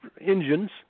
engines